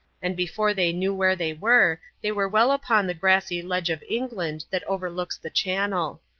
and before they knew where they were, they were well upon the grassy ledge of england that overlooks the channel.